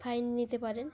fine নিতে পারেন